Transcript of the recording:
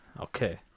Okay